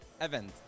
event